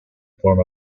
form